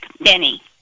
Benny